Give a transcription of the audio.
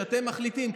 שאתם מחליטים,